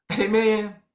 Amen